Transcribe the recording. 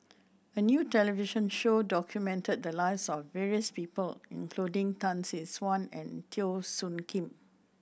a new television show documented the lives of various people including Tan Tee Suan and Teo Soon Kim